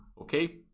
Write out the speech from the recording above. okay